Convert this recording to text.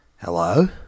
Hello